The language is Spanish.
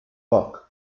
buck